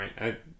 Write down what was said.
right